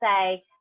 say